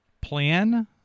plan